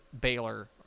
Baylor –